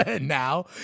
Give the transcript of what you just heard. now